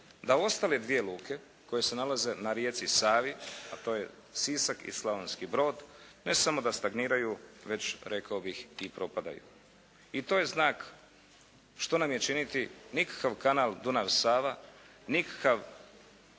da ostale dvije luke koje se nalaze na rijeci Savi a to je Sisak i Slavonski Brod ne samo da stagniraju već rekao bih i propadaju. I to je znak što nam je činiti. Nikakav kanal Dunav-Sava, nikakav